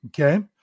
Okay